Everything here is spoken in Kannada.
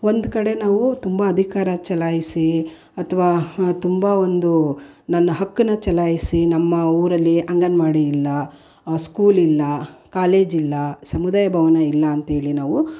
ಒಂದುಕಡೆ ನಾವು ತುಂಬ ಅಧಿಕಾರ ಚಲಾಯಿಸಿ ಅಥ್ವಾ ಹಾಂ ತುಂಬ ಒಂದು ನನ್ನ ಹಕ್ಕನ್ನು ಚಲಾಯಿಸಿ ನಮ್ಮ ಊರಲ್ಲಿ ಅಂಗನವಾಡಿ ಇಲ್ಲ ಸ್ಕೂಲ್ ಇಲ್ಲ ಕಾಲೇಜಿಲ್ಲ ಸಮುದಾಯ ಭವನ ಇಲ್ಲ ಅಂತ್ಹೇಳಿ ನಾವು